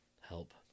help